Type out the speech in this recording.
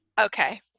Okay